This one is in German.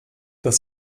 dass